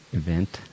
event